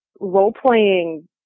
role-playing